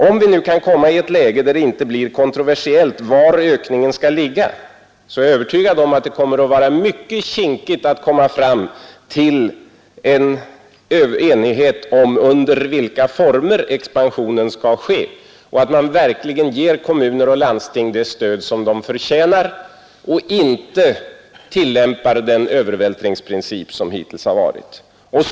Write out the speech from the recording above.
Om vi kan få en situation där det inte blir kontroversiellt var ökningen skall ligga, är jag ändå övertygad om att det kommer att vara mycket kinkigt att komma fram till en enighet om under vilka former expansionen skall ske, så att man verkligen ger kommuner och landsting det stöd de förtjänar och inte tillämpar den övervältringsprincip som hittills har varit vanlig.